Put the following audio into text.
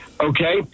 okay